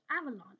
avalanche